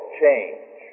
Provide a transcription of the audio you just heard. change